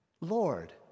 Lord